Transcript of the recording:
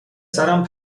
سرم